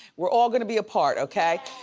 we're all gonna be a part, okay.